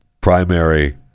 primary